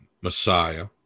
Messiah